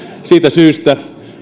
siitä syystä